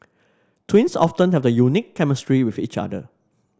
twins often have a unique chemistry with each other